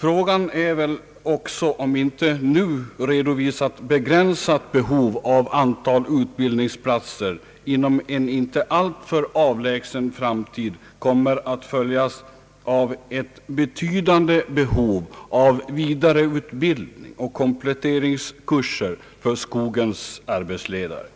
Frågan är väl också om inte nu redovisat begränsat behov av antal utbildningsplatser inom en inte alltför avlägsen framtid kommer att följas av ett betydande behov av vidareutbildning och kompletteringskurser för skogens arbetsledare.